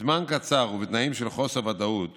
בזמן קצר ובתנאים של חוסר ודאות